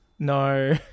No